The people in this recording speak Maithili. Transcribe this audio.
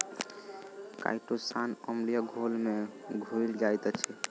काइटोसान अम्लीय घोल में घुइल जाइत अछि